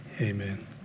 amen